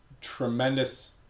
tremendous